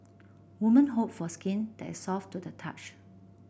women hope for skin that is soft to the touch